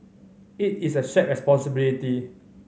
it is a shared responsibility